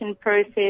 process